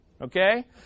Okay